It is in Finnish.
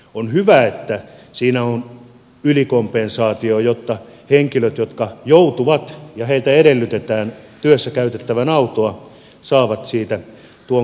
on hyvä että siinä on ylikompensaatiota jotta henkilöt jotka joutuvat ajamaan ja joilta edellytetään työssä käytettävän autoa saavat siitä tuon kohtuullisen kilometrikorvauksen